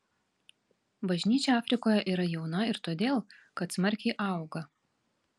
bažnyčia afrikoje yra jauna ir todėl kad smarkiai auga